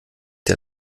der